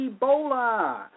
Ebola